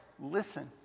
Listen